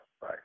Bye